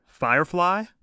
Firefly